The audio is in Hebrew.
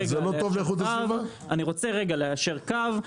אני רוצה ליישר קו,